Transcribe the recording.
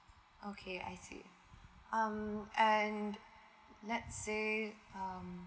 okay I see um and let's say um